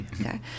Okay